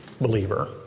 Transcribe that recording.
believer